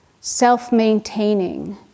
self-maintaining